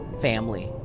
family